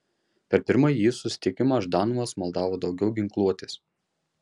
per pirmąjį jų susitikimą ždanovas maldavo daugiau ginkluotės